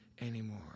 anymore